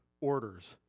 orders